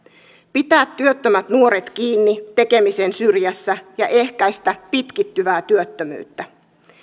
pitää työttömät nuoret kiinni tekemisen syrjässä ja ehkäistä pitkittyvää työttömyyttä